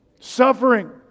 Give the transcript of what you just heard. suffering